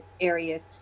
areas